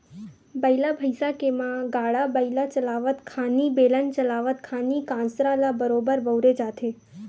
बइला भइसा के म गाड़ा बइला चलावत खानी, बेलन चलावत खानी कांसरा ल बरोबर बउरे जाथे